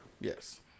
Yes